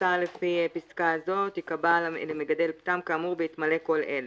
מכסה לפי פסקה זו תיקבע למגדל פטם כאמור בהתמלא כל אלה: